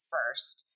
first